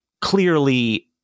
clearly